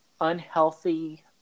unhealthy